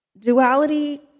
Duality